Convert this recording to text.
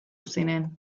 ziren